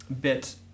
bit